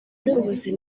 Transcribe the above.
rw’ubuyobozi